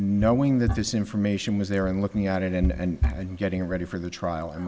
knowing that this information was there and looking at it and getting ready for the trial and